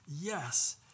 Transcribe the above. yes